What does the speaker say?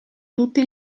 tutti